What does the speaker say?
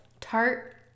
tart